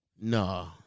No